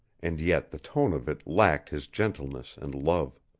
and yet the tone of it lacked his gentleness and love.